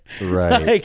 Right